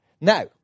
Now